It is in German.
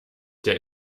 der